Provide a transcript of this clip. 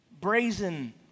brazen